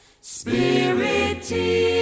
Spirit